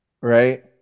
right